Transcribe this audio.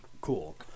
cool